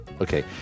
okay